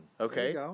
Okay